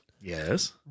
Yes